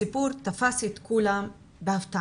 הסיפור תפס את כולם בהפתעה.